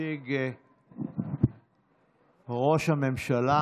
שהציג ראש הממשלה.